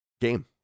game